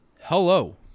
hello